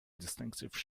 distinctive